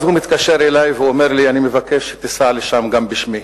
הוא התקשר אלי ואמר לי: אני מבקש שתיסע לשם גם בשמי.